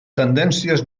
tendències